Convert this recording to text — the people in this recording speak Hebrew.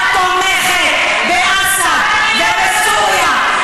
כשאת באה ואת תומכת באסד ובסוריה,